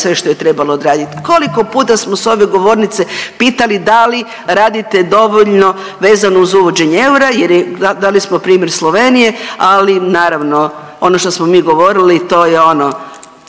sve što je trebalo odraditi. Koliko puta smo s ove govornice pitali da li radite dovoljno vezano uz uvođenje eura jer je, dali smo primjer Slovenije, ali naravno, ono što smo mi govorili, to je ono